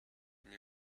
meal